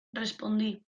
respondí